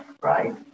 right